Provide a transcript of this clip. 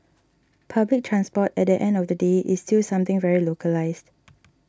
public transport at the end of the day is still something very localised